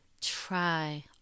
try